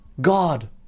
God